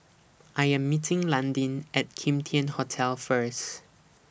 I Am meeting Landin At Kim Tian Hotel First